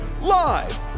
Live